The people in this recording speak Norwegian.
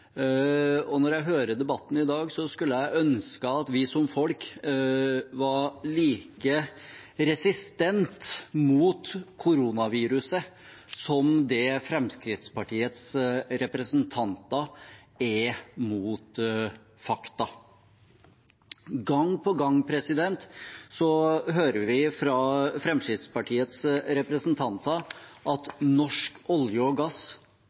covid-19-pandemien. Når jeg hører debatten i dag, skulle jeg ønske at vi som folk var like resistente mot koronaviruset som det Fremskrittspartiets representanter er mot fakta. Gang på gang hører vi fra Fremskrittspartiets representanter at norsk olje og gass